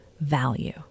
value